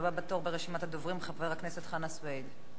הבא בתור ברשימת הדוברים, חבר הכנסת חנא סוייד.